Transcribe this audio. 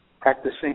practicing